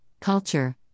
Culture